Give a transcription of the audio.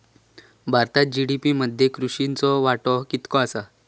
भारतात जी.डी.पी मध्ये कृषीचो वाटो कितको आसा?